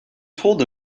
told